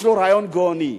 יש לו רעיון גאוני.